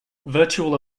virtual